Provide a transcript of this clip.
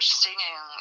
singing